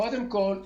קודם כול,